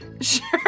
Sure